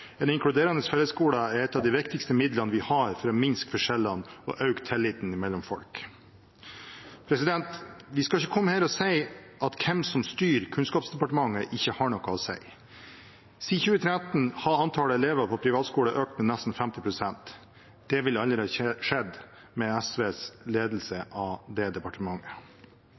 En inkluderende fellesskole er et av de viktigste midlene vi har for å minske forskjellene og øke tilliten mellom folk. Vi skal ikke komme her og si at hvem som styrer Kunnskapsdepartementet, ikke har noe å si. Siden 2013 har antallet elever på privatskole økt med nesten 50 pst. Det ville aldri ha skjedd med SVs ledelse av det departementet.